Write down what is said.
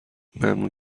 ممنون